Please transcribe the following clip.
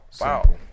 Wow